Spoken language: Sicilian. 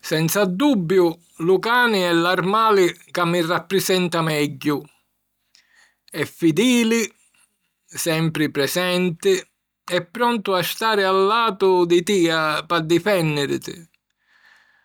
Senza dubbiu, lu cani è l’armali ca mi rapprisenta megghiu: è fidili, sempri presenti e prontu a stari a latu di tia p'addifènniriti.